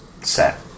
set